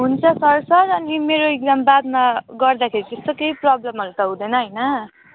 हुन्छ sir sir अनि मेरो इक्जाम बादमा गर्दाखेरि त्यस्तो केही प्रब्लमहरू त हुँदैन होइन